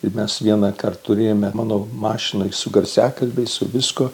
ir mes vienąkart turėjome mano mašiną su garsiakalbiais su viskuo